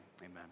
amen